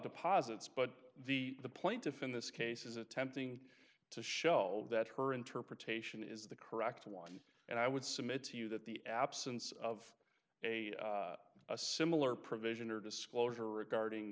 deposits but the plaintiff in this case is attempting to show that her interpretation is the correct one and i would submit to you that the absence of a similar provision or disclosure regarding